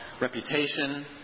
Reputation